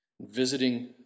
Visiting